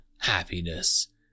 Happiness